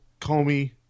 Comey